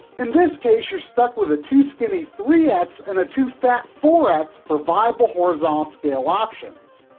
in this case, you're stuck with a too-skinny three x and a too-fat four x for viable horizontal scale options.